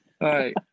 right